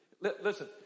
Listen